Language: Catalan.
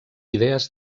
idees